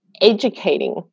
educating